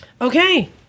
Okay